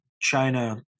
China